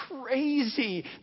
crazy